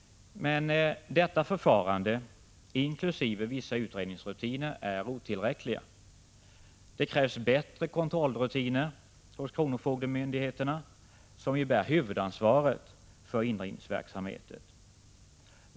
Men detta förfarande inkl. vissa utredningsrutiner är otillräckliga. Det krävs bättre kontrollrutiner hos kronofogdemyndigheterna, som ju bär huvudansvaret för indrivningsverksamheten.